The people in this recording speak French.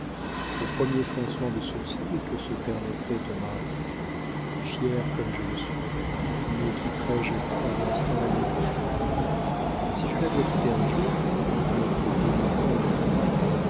au premier froncement de sourcils que se permettrait ton mari fière comme je le suis ne quitterais je pas à l'instant la maison si je la dois quitter un jour mon avis est de n'y pas entrer